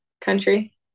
Country